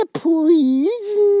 please